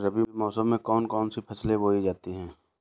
रबी मौसम में कौन कौन सी फसलें बोई जाती हैं?